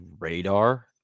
radar